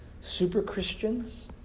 super-Christians